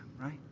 right